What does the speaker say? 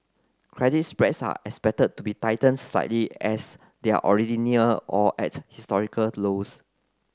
credit spreads are expected to be tightened slightly as they are already near or at historical lows